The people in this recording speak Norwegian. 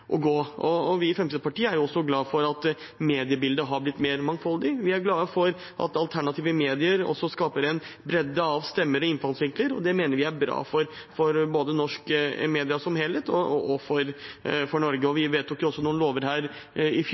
gå. Vi i Fremskrittspartiet er også glad for at mediebildet har blitt mer mangfoldig. Vi er glad for at alternative medier skaper en bredde av stemmer og innfallsvinkler. Det mener vi er bra både for norske medier som helhet og for Norge. Vi vedtok også noen lover her i fjor,